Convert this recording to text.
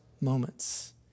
moments